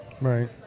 Right